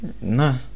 No